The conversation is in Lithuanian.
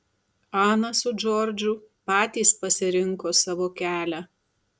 ana su džordžu patys pasirinko savo kelią